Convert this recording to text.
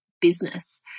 business